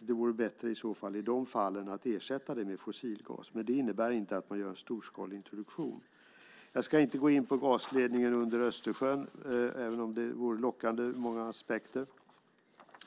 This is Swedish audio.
Det vore bättre att i de fallen ersätta det med fossilgas. Det innebär inte att man gör en storskalig introduktion. Jag ska inte tala om gasledningen under Östersjön, även om det är lockande ur många aspekter.